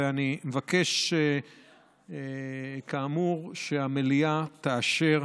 ואני מבקש כאמור שהמליאה תאשר